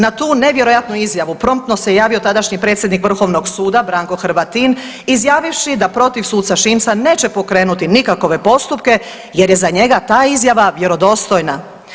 Na tu nevjerojatnu izjavu promptno se javio tadašnji predsjednik Vrhovnog suda Branko Hrvatin izjavivši da protiv suca Šimca neće pokrenuti nikakove postupke jer je za njega ta izjava vjerodostojna.